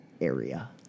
Area